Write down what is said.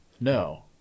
No